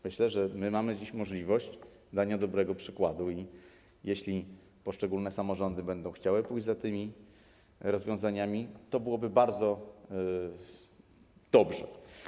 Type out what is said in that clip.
Myślę, że mamy dziś możliwość dać dobry przykład i jeśli poszczególne samorządy będą chciały pójść za tymi rozwiązaniami, to będzie bardzo dobrze.